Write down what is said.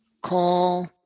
call